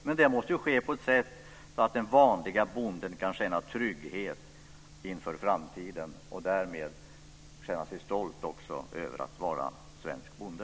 Men det måste ske på ett sådant sätt att den vanlige bonden kan känna trygghet inför framtiden och därmed också känna sig stolt över att vara svensk bonde.